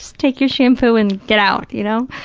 take your shampoo and get out, you know.